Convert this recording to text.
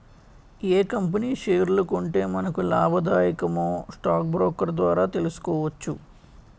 ఏ company షేర్లు కొంటే మనకు లాభాదాయకమో స్టాక్ బ్రోకర్ ద్వారా తెలుసుకోవచ్చు